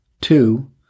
Two